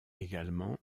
également